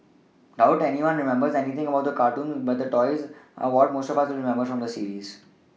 doubt anyone remembers anything about the cartoons but the toys are what most of us will remember from this series